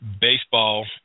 baseball